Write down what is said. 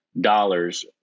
dollars